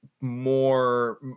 more